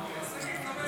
אז תגיד חמש שעות.